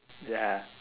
ya